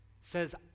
says